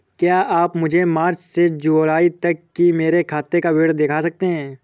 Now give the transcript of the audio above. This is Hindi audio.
क्या आप मुझे मार्च से जूलाई तक की मेरे खाता का विवरण दिखा सकते हैं?